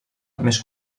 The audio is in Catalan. més